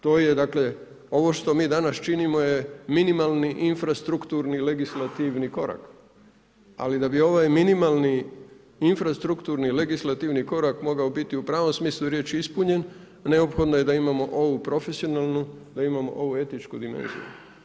To je dakle, ovo što mi danas činimo je minimalni infrastrukturni legislativni korak, ali da bi ovaj minimalni infrastrukturni legislativni korak mogao biti u pravom smislu riječi ispunjen, neophodno je da imamo ovu profesionalnu, da imamo ovu etičku dimenziju.